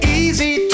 easy